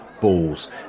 balls